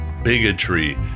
bigotry